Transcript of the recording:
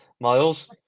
Miles